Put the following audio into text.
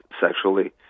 sexually